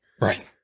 Right